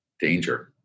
danger